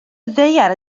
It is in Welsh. ddaear